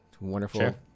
wonderful